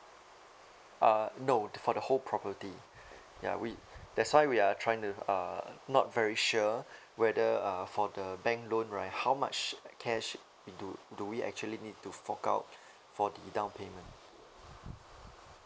uh no for the whole property ya we that's why we are trying to uh not very sure whether uh for the bank loan right how much like cash do do we actually need to fork out for the down payment